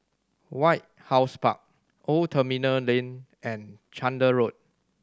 White House Park Old Terminal Lane and Chander Road